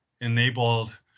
enabled